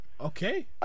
Okay